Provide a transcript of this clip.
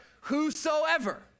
Whosoever